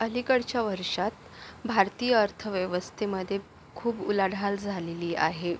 अलीकडच्या वर्षात भारतीय अर्थव्यवस्थेमध्ये खूप उलाढाल झालेली आहे